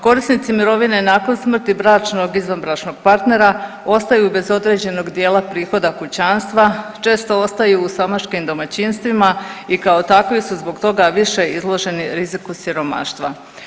Korisnici mirovine nakon smrti bračnog i izvanbračnog partnera ostaju bez određenog dijela prihoda kućanstva, često ostaju u samačkim domaćinstvima i kao takvi su zbog toga više izloženi riziku siromaštva.